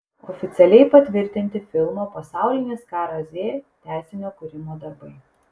oficialiai patvirtinti filmo pasaulinis karas z tęsinio kūrimo darbai